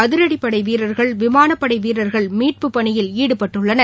அதிரடிபடை வீரர்கள விமானப்படை வீரர்கள் மீட்பு பணியில் ஈடுபட்டுள்ளார்கள்